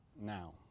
now